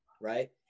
right